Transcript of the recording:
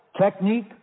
Technique